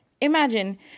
Imagine